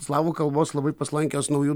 slavų kalbos labai paslankios naujų